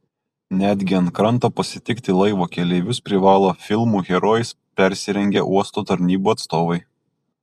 netgi ant kranto pasitikti laivo keleivius privalo filmų herojais persirengę uosto tarnybų atstovai